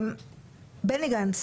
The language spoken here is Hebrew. בני גנץ